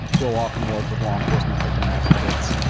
we'll often work with law enforcement victim advocates,